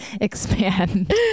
expand